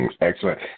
Excellent